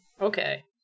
Okay